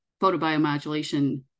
photobiomodulation